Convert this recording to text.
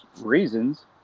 reasons